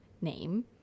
name